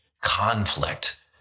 conflict